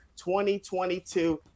2022